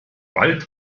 bald